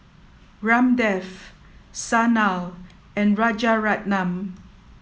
Ramdev Sanal and Rajaratnam